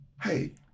Hey